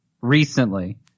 recently